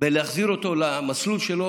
למסלול שלו